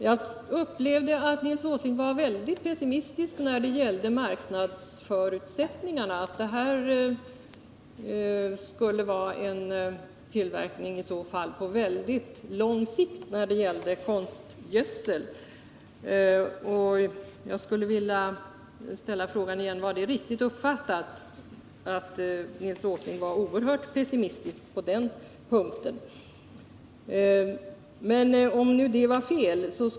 Jag upplevde att Nils Åsling var väldigt pessimistisk när det gällde marknadsförutsättningarna. Beträffande konstgödsel talade han om en tillverkning på mycket lång sikt i så fall. Är det riktigt uppfattat att Nils Åsling är oerhört pessimistisk på den punkten?